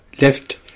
left